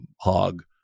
hog